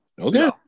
Okay